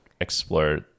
explore